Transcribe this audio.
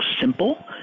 simple